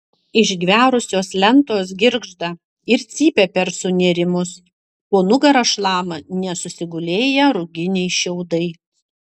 išgverusios lentos girgžda ir cypia per sunėrimus po nugara šlama nesusigulėję ruginiai šiaudai